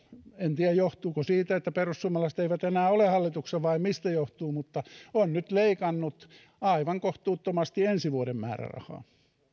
en tiedä johtuuko siitä että perussuomalaiset eivät enää ole hallituksessa vai mistä johtuu nyt leikannut aivan kohtuuttomasti ensi vuoden